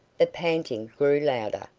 the panting grew louder,